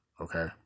okay